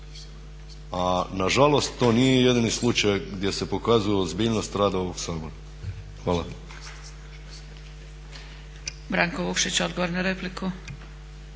a nažalost to nije jedini slučaj gdje se pokazuje ozbiljnost rada ovog sabora. Hvala.